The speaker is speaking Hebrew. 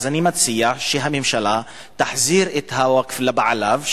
אז אני מציע שהממשלה תחזיר את הווקף לבעליו,